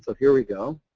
ah here we go.